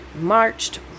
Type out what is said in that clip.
marched